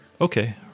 okay